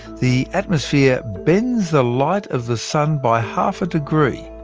the atmosphere bends the light of the sun by half a degree,